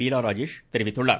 பீலா ராஜேஷ் தெரிவித்துள்ளார்